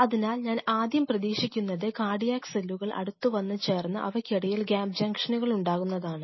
അതിനാൽ ഞാൻ ആദ്യം പ്രതീക്ഷിക്കുന്നത് കാർഡിയാക് സെല്ലുകൾ അടുത്തുവന്നു ചേർന്നു അവയ്ക്കിടയിൽ ഗ്യാപ് ജംഗ്ഷനുകൾ ഉണ്ടാകുന്നതാണ്